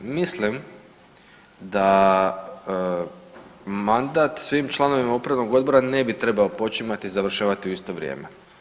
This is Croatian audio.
Mislim da mandat svim članovima upravnog odbora ne bi trebao počimati i završavati u isto vrijeme.